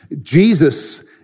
Jesus